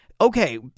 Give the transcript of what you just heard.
Okay